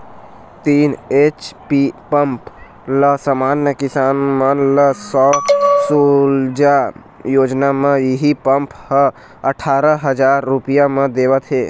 तीन HP pump ल समान्य किसान मन ल सौर सूजला योजना म इहीं पंप ह अठारा हजार रूपिया म देवत हे